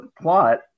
plot